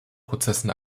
prozessen